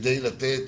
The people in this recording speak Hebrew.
כדי לתת